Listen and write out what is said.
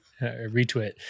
retweet